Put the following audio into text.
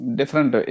different